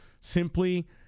simply